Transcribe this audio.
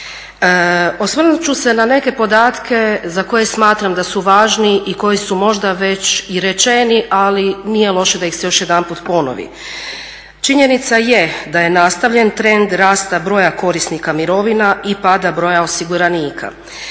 Osvrnut ću se na neke podatke za koje smatram da su važni i koji su možda već i rečeni ali nije loše da ih se još jedanput ponovi. Činjenica je da je nastavljen trend rasta broja korisnika mirovina i pada broja osiguranika